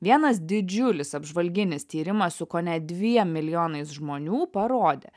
vienas didžiulis apžvalginis tyrimas su kone dviem milijonais žmonių parodė